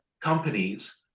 companies